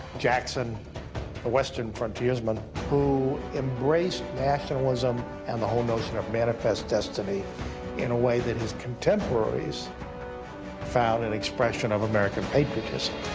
jackson the western frontiersman who embraced nationalism and the whole notion of manifest destiny in a way that his contemporaries found an expression of american patriotism.